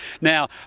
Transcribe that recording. Now